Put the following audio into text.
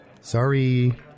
Sorry